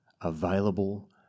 available